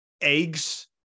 eggs